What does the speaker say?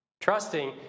Trusting